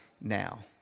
now